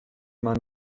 man